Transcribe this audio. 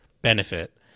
benefit